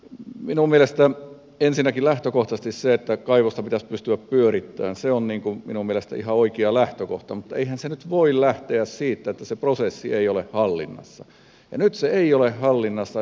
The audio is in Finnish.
minun mielestäni ensinnäkin lähtökohtaisesti se että kaivosta pitäisi pystyä pyörittämään on ihan oikea lähtökohta mutta eihän se nyt voi lähteä siitä että se prosessi ei ole hallinnassa ja nyt se ei ole hallinnassa